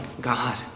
god